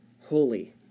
holy